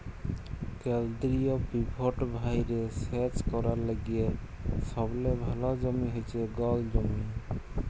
কেলদিরিয় পিভট ভাঁয়রে সেচ ক্যরার লাইগে সবলে ভাল জমি হছে গল জমি